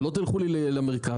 לא תלכו לי למרכז.